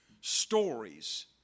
stories